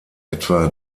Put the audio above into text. etwa